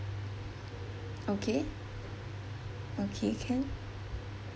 okay okay can